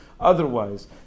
otherwise